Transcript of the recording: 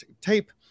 tape